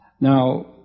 Now